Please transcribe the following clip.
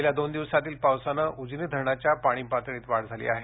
गेल्या दोन दिवसातील पावसाने उजनी धरणाच्या पाणी पातळीतही वाढ झाली आहे